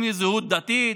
זהות דתית,